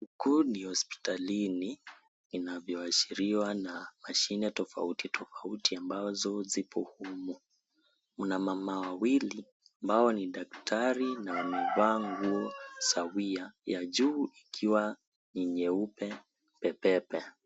Huu ni hospitalini, inavyoashiriwa na mashine tofauti tofauti ambazo zipo humu. Kuna mama wawili, ambao ni daktari na wamevaa nguo sawia ya juu ikiwa ni nyeupe pepepe.